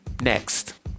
next